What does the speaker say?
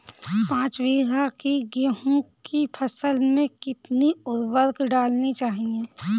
पाँच बीघा की गेहूँ की फसल में कितनी उर्वरक डालनी चाहिए?